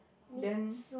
then